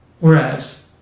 Whereas